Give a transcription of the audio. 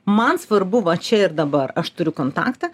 man svarbu va čia ir dabar aš turiu kontaktą